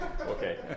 okay